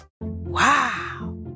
Wow